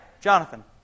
Jonathan